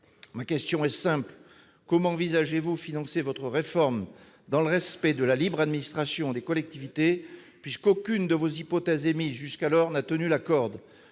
Ma question est simple : comment envisagez-vous de financer votre réforme, dans le respect de la libre administration des collectivités, aucune de vos hypothèses n'ayant jusqu'alors tenu la corde ?